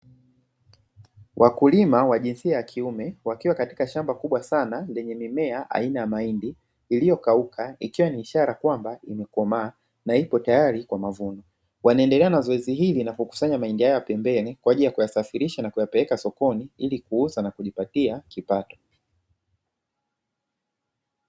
Wakulima wa jinsia ya kiume wakiwa katika shamba kubwa sana lenye mimea aina ya mahindi, iliyokauka ikiwa ni ishara kwamba imekomaa na ipo tayari kwa mavuno wanaendelea na zoezi hili na kukusanya mahindi haya pembeni kwa ajili ya kuyasafirisha na kuyapeleka sokoni ili kuuza na kujipatia kipato.